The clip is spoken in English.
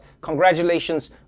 Congratulations